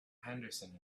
henderson